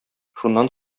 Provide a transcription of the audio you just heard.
шуннан